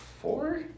four